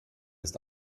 ist